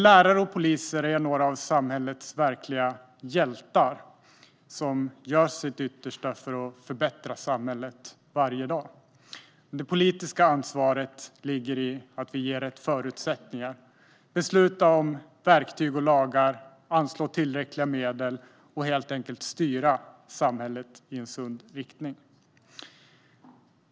Lärare och poliser är några av samhällets verkliga hjältar, som gör sitt yttersta för att förbättra samhället varje dag. Det politiska ansvaret ligger i att ge rätt förutsättningar, att besluta om rätt verktyg och lagar, att anslå tillräckliga medel och att helt enkelt styra samhället i en sund riktning.